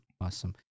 awesome